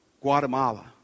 Guatemala